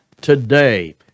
today